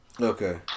Okay